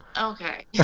Okay